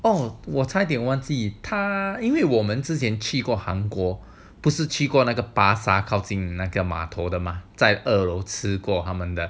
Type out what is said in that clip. oh 我差点忘记他因为我们之前去过韩国不是去过那个巴杀靠近那个码头的吗在二楼吃过他们的